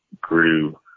grew